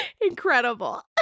Incredible